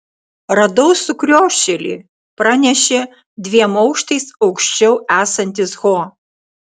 radau sukriošėlį pranešė dviem aukštais aukščiau esantis ho